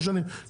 5 שנים,